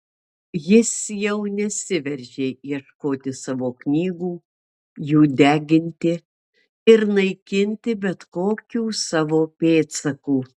jis jau nesiveržė ieškoti savo knygų jų deginti ir naikinti bet kokių savo pėdsakų